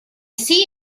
see